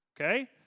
Okay